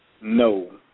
No